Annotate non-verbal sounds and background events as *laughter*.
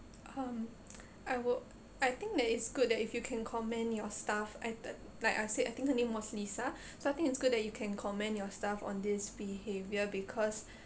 um I would I think that it's good that if you can commend your staff I like I said I think her name was lisa *breath* so I think it's good that you can commend your staff on this behavior because *breath*